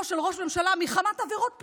של ראש ממשלה מחמת עבירות פליליות,